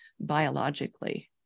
biologically